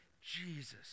Jesus